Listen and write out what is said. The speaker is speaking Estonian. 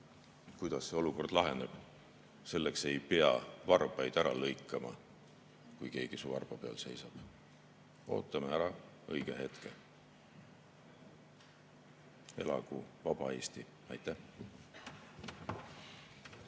Kuidas see olukord laheneb? Selleks ei pea varvast ära lõikama, kui keegi su varba peal seisab. Ootame ära õige hetke! Elagu vaba Eesti! Aitäh!